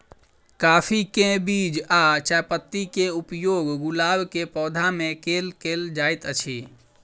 काफी केँ बीज आ चायपत्ती केँ उपयोग गुलाब केँ पौधा मे केल केल जाइत अछि?